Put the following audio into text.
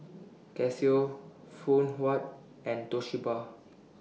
Casio Phoon Huat and Toshiba